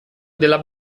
della